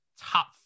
top